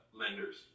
lenders